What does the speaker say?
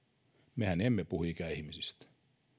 mehän emme puhu ikäihmisistä